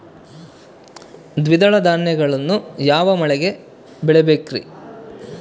ದ್ವಿದಳ ಧಾನ್ಯಗಳನ್ನು ಯಾವ ಮಳೆಗೆ ಬೆಳಿಬೇಕ್ರಿ?